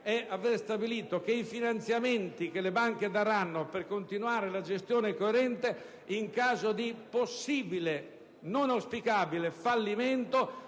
che stabilisce che i finanziamenti che le banche daranno per continuare la gestione corrente, in caso di - possibile, non auspicabile - fallimento,